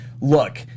look